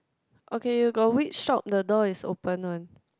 okay you go which shop the door is open one